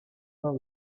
pas